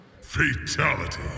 Fatality